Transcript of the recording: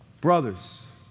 Brothers